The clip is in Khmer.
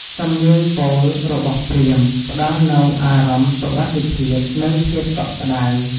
សំនៀងពោលរបស់ព្រាហ្មណ៍ ផ្ដល់នូវអារម្មណ៍សុវត្ថិភាព និងភាពកក់ក្ដៅ។